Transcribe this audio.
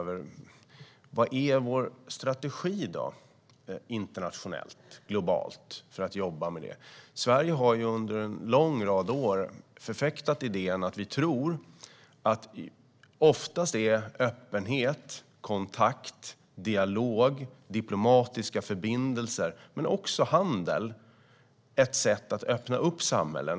Vad är vår strategi i dag internationellt, globalt för att jobba med detta? Sverige har under en lång rad år förfäktat idén att öppenhet, kontakt, dialog, diplomatiska förbindelser men också handel oftast är ett sätt att öppna upp samhällen.